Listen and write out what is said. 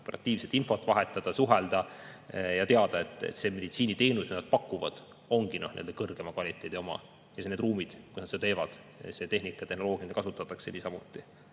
operatiivselt infot vahetada, suhelda ja teada, et see meditsiiniteenus, mida nad pakuvad, ongi kõrgema kvaliteedi oma, ja need ruumid, kus nad seda teevad, see tehnika, tehnoloogia, mida kasutatakse, niisamuti.